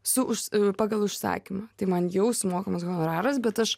su pagal užsakymą tai man jau sumokamas honoraras bet aš